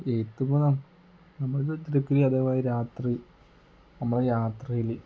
രാത്രി നമ്മളുടെ യാത്രയിൽ